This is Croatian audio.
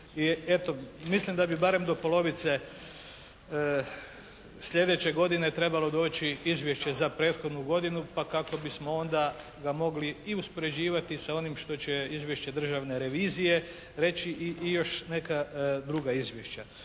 mislim da bi barem do polovice sljedeće godine trebalo doći izvješće za prethodnu godinu, pa kako bismo ga onda mogli i uspoređivati sa onim što će Izvješće državne revizije reći i još neka druga izvješća.